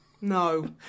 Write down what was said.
no